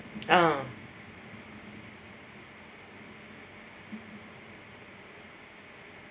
oh